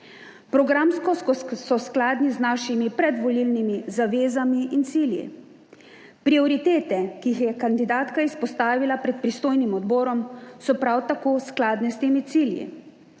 Programsko so skladni z našimi predvolilnimi zavezami in cilji. Prioritete, ki jih je kandidatka izpostavila pred pristojnim odborom so prav tako skladne s temi cilji.